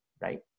right